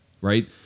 right